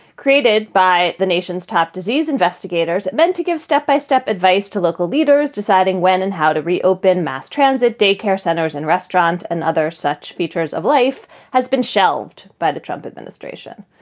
created by the nation's top disease investigators meant to give step-by-step advice to local leaders deciding when and how to reopen mass transit, daycare centers and restaurant restaurant and other such features of life has been shelved by the trump administration.